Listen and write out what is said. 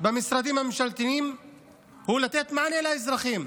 במשרדים הממשלתיים הוא לתת מענה לאזרחים,